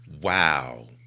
Wow